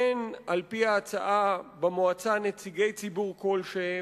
אין על-פי ההצעה במועצה נציגי ציבור כלשהם,